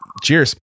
cheers